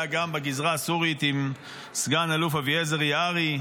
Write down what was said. היה גם בגזרה הסורית עם סגן אלוף אביעזר יערי,